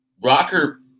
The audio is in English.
Rocker